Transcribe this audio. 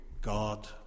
God